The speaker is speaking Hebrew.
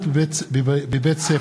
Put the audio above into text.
בנושא: